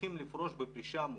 וצריכים לפרוש בפרישה מוקדמת.